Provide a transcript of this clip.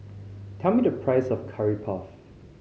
tell me the price of Curry Puff